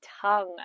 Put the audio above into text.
tongue